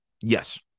Yes